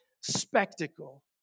spectacle